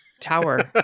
tower